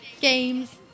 games